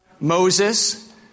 Moses